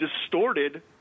distorted